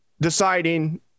deciding